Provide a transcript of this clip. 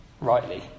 rightly